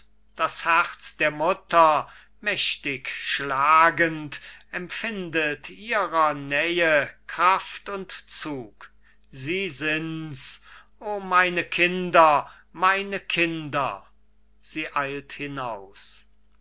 das herz der mutter mächtig schlagend empfindet ihrer nähe kraft und zug sie sind's o meine kinder meine kinder sie eilt hinaus